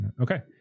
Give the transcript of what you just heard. Okay